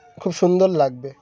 খুব সুন্দর লাগবে